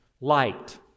light